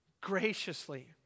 graciously